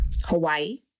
Hawaii